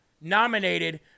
nominated